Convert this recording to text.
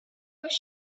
was